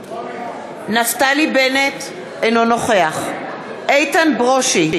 אינו נוכח איתן ברושי,